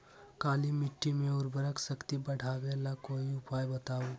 काली मिट्टी में उर्वरक शक्ति बढ़ावे ला कोई उपाय बताउ?